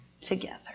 together